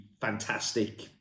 fantastic